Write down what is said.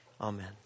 Amen